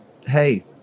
hey